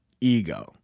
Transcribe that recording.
ego